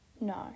No